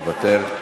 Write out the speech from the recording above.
מוותר.